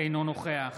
אינו נוכח